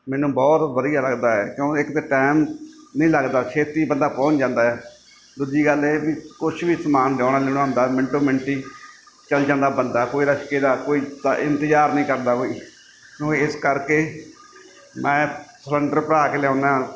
ਮੈਨੂੰ ਬਹੁਤ ਵਧੀਆ ਲੱਗਦਾ ਹੈ ਕਿਉਂਕਿ ਇੱਕ ਤਾਂ ਟਾਈਮ ਨਹੀਂ ਲੱਗਦਾ ਛੇਤੀ ਬੰਦਾ ਪਹੁੰਚ ਜਾਂਦਾ ਦੂਜੀ ਗੱਲ ਇਹ ਵੀ ਕੁਛ ਵੀ ਸਮਾਨ ਲਿਆਉਣਾ ਲਿਉਣਾ ਹੁੰਦਾ ਮਿੰਟੋ ਮਿੰਟੀ ਚਲ ਜਾਂਦਾ ਬੰਦਾ ਕੋਈ ਰਸ਼ਕੇ ਦਾ ਕੋਈ ਇੰਤਜ਼ਾਰ ਨਹੀਂ ਕਰਦਾ ਵੀ ਮੈਨੂੰ ਇਸ ਕਰਕੇ ਮੈਂ ਸਲੰਡਰ ਭਰਾ ਕੇ ਲਿਆਉਦਾ